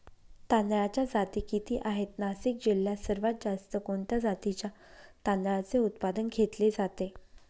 तांदळाच्या जाती किती आहेत, नाशिक जिल्ह्यात सर्वात जास्त कोणत्या जातीच्या तांदळाचे उत्पादन घेतले जाते?